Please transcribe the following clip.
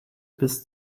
bis